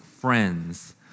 friends